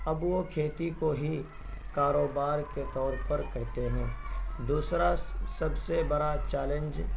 اب وہ کھیتی کو ہی کاروبار کے طور پر کرتے ہیں دوسرا سب سے بڑا چیلنج